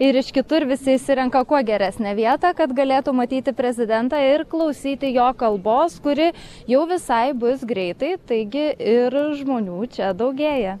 ir iš kitur visi išsirenka kuo geresnę vietą kad galėtų matyti prezidentą ir klausyti jo kalbos kuri jau visai bus greitai taigi ir žmonių čia daugėja